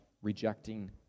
rejecting